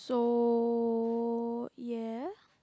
so yeah